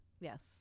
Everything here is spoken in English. Yes